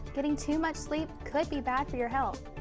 getting too much sleep could be bad for your health.